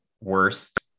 worst